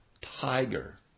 tiger